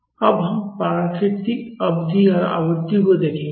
अब हम प्राकृतिक अवधि और आवृत्ति को देखेंगे